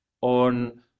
on